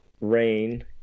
rain